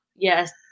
Yes